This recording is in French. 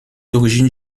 d’origine